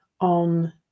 on